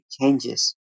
changes